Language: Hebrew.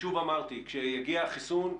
אמרתי כשיגיע החיסון,